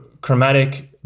Chromatic